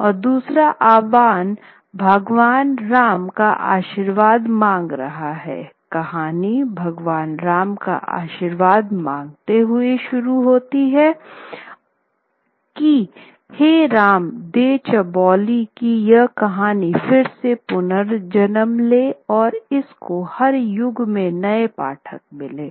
और दूसरा आह्वान भगवान राम का आशीर्वाद मांग रहा है कहानी भगवान राम का आशीर्वाद मांगते हुए शुरू होती है की "हे रामदें चौबोली की यह कहानी फिर से पुनर्जन्म ले और इसको हर युग में नए पाठक मिलें"